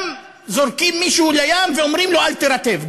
גם זורקים מישהו לים וגם אומרים לו: אל תירטב.